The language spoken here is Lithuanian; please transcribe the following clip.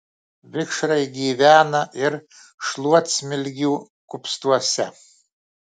vikšrai gyvena ir šluotsmilgių kupstuose